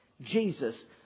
Jesus